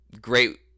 great